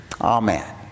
Amen